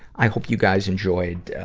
i hope you guys enjoyed, ah,